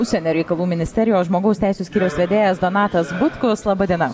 užsienio reikalų ministerijos žmogaus teisių skyriaus vedėjas donatas butkus laba diena